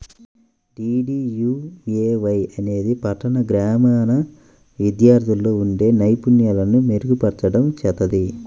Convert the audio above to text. DDUAY అనేది పట్టణ, గ్రామీణ విద్యార్థుల్లో ఉండే నైపుణ్యాలను మెరుగుపర్చడం చేత్తది